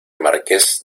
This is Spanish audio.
marqués